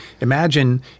imagine